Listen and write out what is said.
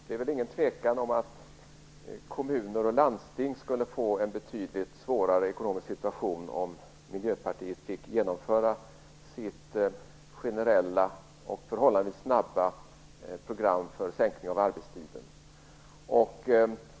Herr talman! Det råder inget tvivel om att kommuner och landsting skulle få en betydligt svårare ekonomisk situation om Miljöpartiet fick genomföra sitt generella och förhållandevis snabba program för en sänkning av arbetstiden.